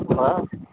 ஆ